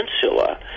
peninsula